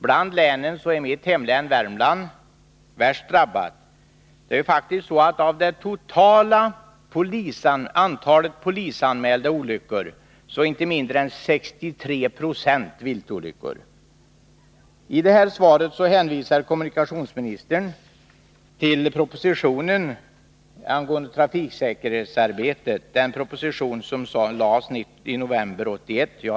Bland länen är mitt hemlän, Värmland, värst drabbat. Det är faktiskt så att av det totala antalet polisanmälda olyckor är inte mindre än 63 96 viltolyckor. I svaret hänvisar kommunikationsministern till propositionen angående trafiksäkerhetsarbetet, den proposition som lades fram den 19 november 1981.